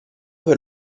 per